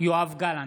יואב גלנט,